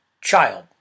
child